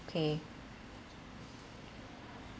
okay